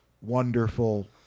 wonderful